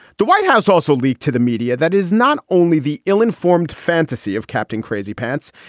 the white house also leaked to the media. that is not only the ill-informed fantasy of captain crazy pants,